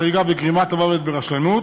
ההריגה וגרימת המוות ברשלנות